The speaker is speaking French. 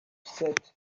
sept